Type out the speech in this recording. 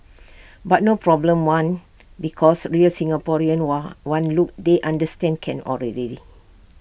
but no problem one because real Singaporeans one look they understand can already